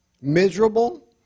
miserable